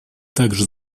также